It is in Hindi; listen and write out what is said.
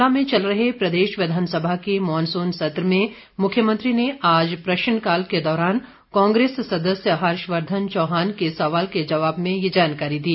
शिमला में चल रहे प्रदेश विधानसभा के मॉनसून सत्र में मुख्यमंत्री ने आज प्रश्नकाल के दौरान कांग्रेस सदस्य हर्षवर्धन चौहान के सवाल के जवाब में ये जानकारी दी